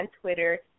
Twitter